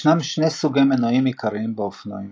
ישנם שני סוגי מנועים עיקרים באופנועים.